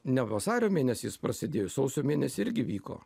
ne vasario mėnesį jis prasidėjo sausio mėnesį irgi vyko